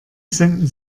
senden